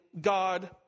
God